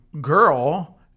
girl